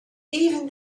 even